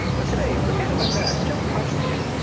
but today forget about that, just punch the kid.